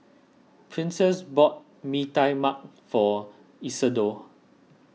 Princess bought Mee Tai Mak for Isadore